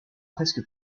presque